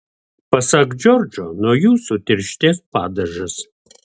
pasak džordžo nuo jų sutirštės padažas